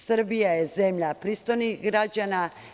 Srbija je zemlja pristojnih građana.